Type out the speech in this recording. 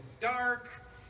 dark